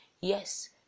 Yes